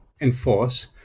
enforce